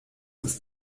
ist